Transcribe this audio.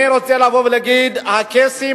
אני רוצה לבוא ולהגיד: הקייסים,